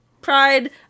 Pride